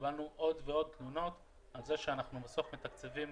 קיבלנו עוד ועוד תלונות על כך שאנחנו בסוף מתקצבים